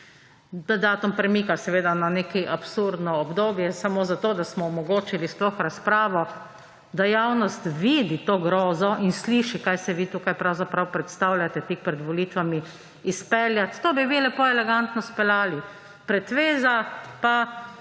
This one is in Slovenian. datum premika na neko absurdno obdobje samo zato, da smo omogočili sploh razpravo, da javnost vidi to grozo in sliši, kaj si vi tukaj pravzaprav predstavljate tik pred volitvami izpeljati; to bi vi lepo elegantno izpeljali. Pretveza pa